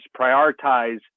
prioritize